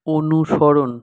অনুসরণ